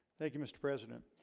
thank you mr. president